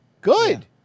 Good